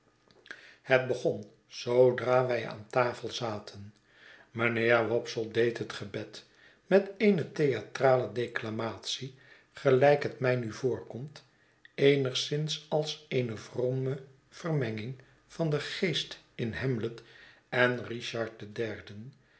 het begon zoodra wij aan tafel zaten mijnheer wopsle deed het gebed met eene theatrale declamatie gelijk het mij nu voorkomt eenigszins als eene vrome vermenging van den geest in hamlet en richard den derden